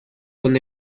con